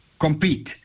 compete